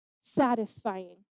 satisfying